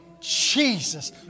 Jesus